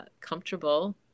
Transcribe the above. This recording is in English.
comfortable